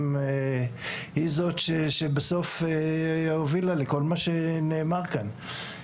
היא זאת שבסוף הובילה לכל מה שנאמר כאן.